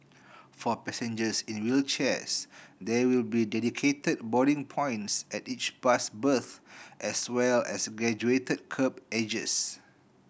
for passengers in wheelchairs there will be dedicated boarding points at each bus berth as well as graduated kerb edges